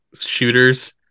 shooters